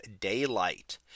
daylight